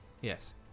Yes